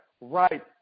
right